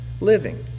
living